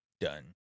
Done